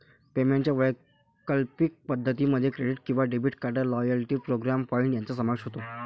पेमेंटच्या वैकल्पिक पद्धतीं मध्ये क्रेडिट किंवा debit card, loyalty programme point यांचा समावेश होतो